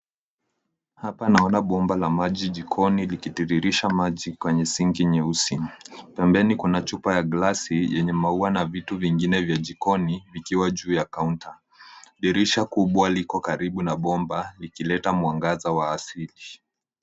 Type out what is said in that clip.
Hapa naona bomba la maji jikoni likitiririsha maji kwenye sinki nyeusi. Pembeni kuna chupa ya gilasi yenye maua na vitu vingine vya jikoni vikiwa juu ya kaunta. Dirisha kubwa liko karibu na bomba likileta mwangaza wa asili.